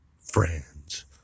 Friends